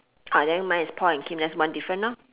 ah then mine is paul and kim that's one different orh